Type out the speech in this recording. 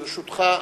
ברשותך,